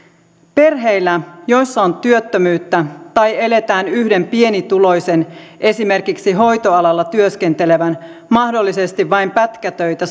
perheillä joissa on työttömyyttä tai eletään yhden pienituloisen esimerkiksi hoitoalalla työskentelevän mahdollisesti vain pätkätöitä